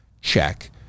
check